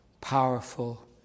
powerful